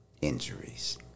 injuries